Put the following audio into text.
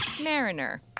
Mariner